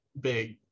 big